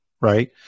Right